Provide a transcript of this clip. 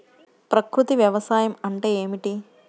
ప్రకృతి వ్యవసాయం అంటే ఏమిటి?